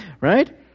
Right